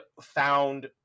found